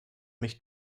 mich